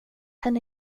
henne